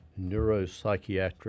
neuropsychiatric